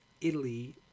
Italy